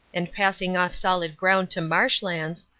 and passing off solid ground to marsh lands,